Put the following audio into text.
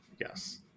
Yes